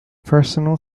personal